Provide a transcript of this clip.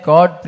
God